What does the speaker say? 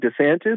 DeSantis